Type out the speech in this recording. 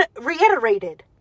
reiterated